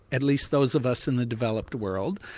at least those of us in the developed world,